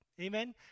Amen